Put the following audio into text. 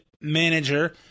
manager